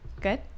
Good